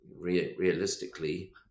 realistically